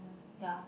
ya